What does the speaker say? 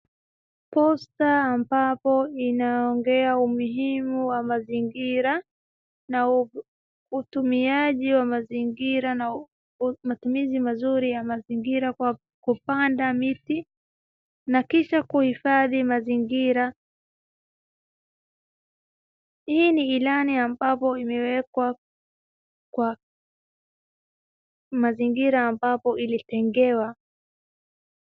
Poster ambapo inaongea umuhimu wa mazingira na utumiaji wa mazingira na matumizi mazuri ya mazingira kwa kupanda miti na kisha kuhifadhi mazingira. Hii ni ilani ambapo imewekwa kwa mazingira ambapo ilitengewa.